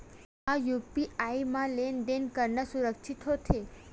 का यू.पी.आई म लेन देन करना सुरक्षित होथे?